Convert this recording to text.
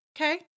okay